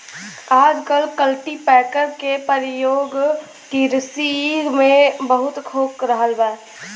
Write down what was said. आजकल कल्टीपैकर के परियोग किरसी में बहुत हो रहल बा